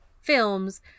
films